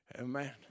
Amen